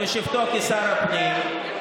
אינה נוכחת אלעזר שטרן,